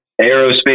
aerospace